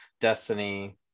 Destiny